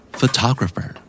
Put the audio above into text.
Photographer